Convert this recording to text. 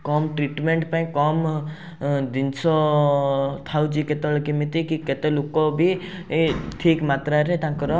କମ୍ treatment ପାଇଁ କମ୍ ଏ ଜିନିଷ ଥାଉଛି କେତେବେଳେ କେମିତି କି କେତେ ଲୋକ ବି ଏ ଠିକ୍ ମାତ୍ରାରେ ତାଙ୍କର